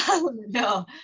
No